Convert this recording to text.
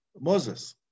Moses